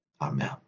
Amen